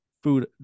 food